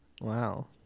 Wow